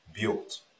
built